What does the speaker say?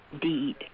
deed